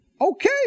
Okay